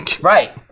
Right